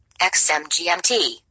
XMGMT